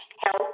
help